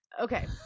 Okay